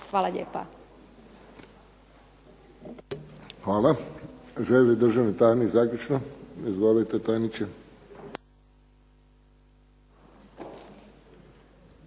Josip (HSS)** Hvala. Želi li državni tajnik zaključno? Izvolite tajniče.